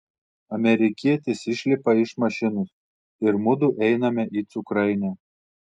amerikietis išlipa iš mašinos ir mudu einame į cukrainę